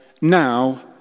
now